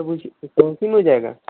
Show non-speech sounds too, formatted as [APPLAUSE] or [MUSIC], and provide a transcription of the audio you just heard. [UNINTELLIGIBLE] में जाएगा